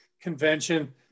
convention